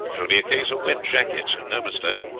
it will be a case of wet jackets, and no mistake.